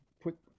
put